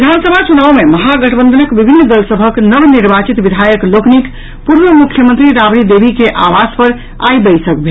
विधानसभा चुनाव मे महा गठबंधनक विभिन्न दल सभक नवनिर्वाचित विधायक लोकनिक पूर्व मुख्यमंत्री राबड़ी देवी के आवास पर आई बैसक भेल